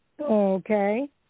Okay